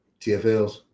TFLs